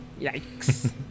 yikes